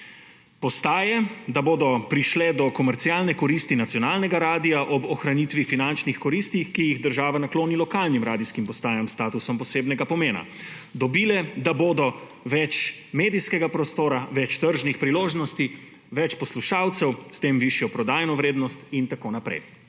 Postaje, da bodo prišle do komercialne korist nacionalnega radia ob ohranitvi finančnih koristi, ki jih država nakloni lokalnim radijskim postajam s statusom posebnega pomena, dobile da bodo več medijskega prostora, več tržnih priložnosti, več poslušalcev, s tem višjo prodajno vrednost in tako naprej.